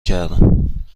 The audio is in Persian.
کردم